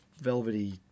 velvety